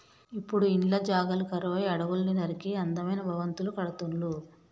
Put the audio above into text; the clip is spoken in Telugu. ఇప్పుడు ఇండ్ల జాగలు కరువై అడవుల్ని నరికి అందమైన భవంతులు కడుతుళ్ళు